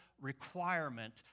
requirement